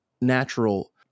natural